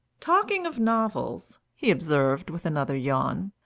talking of novels, he observed, with another yawn,